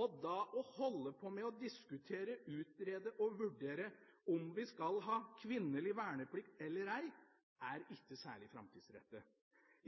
og da å holde på med å diskutere, utrede og vurdere om vi skal ha kvinnelig verneplikt eller ei, er ikke særlig framtidsrettet.